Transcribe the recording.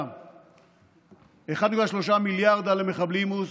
1.3 מיליארדא למחבלימוס,